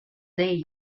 dei